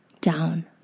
down